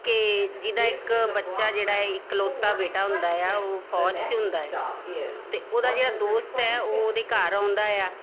ਕਿ ਜਿਹਦਾ ਇੱਕ ਬੱਚਾ ਜਿਹੜਾ ਇਕਲੌਤਾ ਬੇਟਾ ਹੁੰਦਾ ਆ ਉਹ ਫੌਜ 'ਚ ਹੁੰਦਾ ਆ ਅਤੇ ਉਹਦਾ ਜਿਹੜਾ ਦੋਸਤ ਹੈ ਉਹ ਉਹਦੇ ਘਰ ਆਉਂਦਾ ਆ